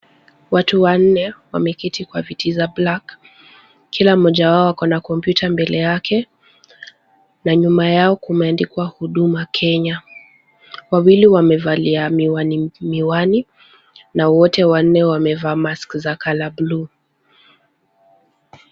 Watu wanne wameketi kwenye viti za black kila mmoja wao akona kompyuta mbele yake na nyuma yao kumeandikwa huduma Kenya. Wawili wamevalia miwani na wote wanne wamevaa mask za colour blue .